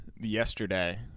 yesterday